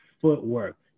footwork